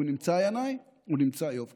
הוא נמצא, ינאי?